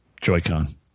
joy-con